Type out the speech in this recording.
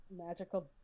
magical